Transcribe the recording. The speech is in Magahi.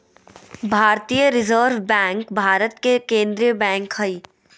भारतीय रिजर्व बैंक भारत के केन्द्रीय बैंक हइ